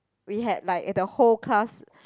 we had like the whole class